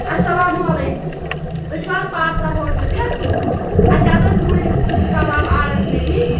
اَسلام وعلیکُم تُہۍ چھِو حظ پارسا ہوٹلہٕ پٮ۪ٹھ اَسہِ حظ ٲسۍ وٕنۍ رِستہٕ تہٕ کَباب آرڈَر کٔرۍ مٕتۍ